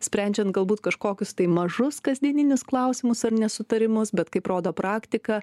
sprendžiant galbūt kažkokius tai mažus kasdieninius klausimus ar nesutarimus bet kaip rodo praktika